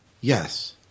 Yes